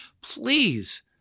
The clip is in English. Please